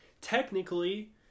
technically